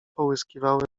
połyskiwały